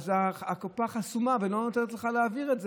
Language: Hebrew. ואז הקופה חסומה ולא נותנת לך להעביר את זה.